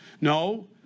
No